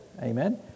amen